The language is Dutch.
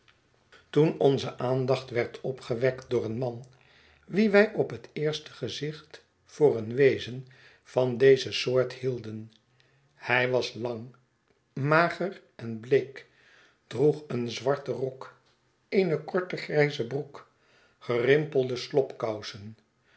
toen onze aandacht werd opgewekt door een man wien wij op het eerste gezicht voor een wezen van deze soort hidden hij was lang mager en bleek droeg een zwarten rok eene korte grijze broek gerimpelde